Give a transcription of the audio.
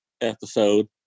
episode